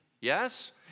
Yes